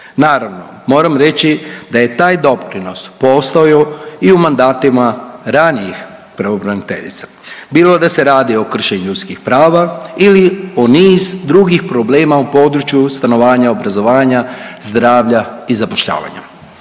Naravno, moram reći da je taj doprinos postojao i u mandatima ranijih pravobraniteljica, bilo da se radi o kršenju ljudskih prava ili o niz drugih problema u području stanovanja, obrazovanja, zdravlja i zapošljavanja.